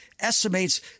estimates